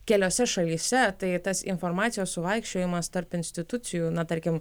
keliose šalyse tai tas informacijos suvaikščiojimas tarp institucijų na tarkim